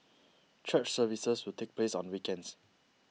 church services will take place on weekends